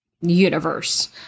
universe